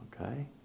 Okay